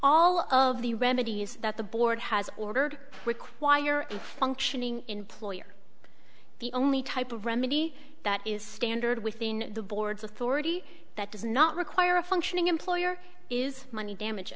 all of the remedy is that the board has ordered require a functioning employer the only type of remedy that is standard within the board's authority that does not require a functioning employer is money damage